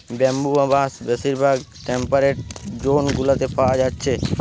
bamboo বা বাঁশ বেশিরভাগ টেম্পেরেট জোন গুলাতে পায়া যাচ্ছে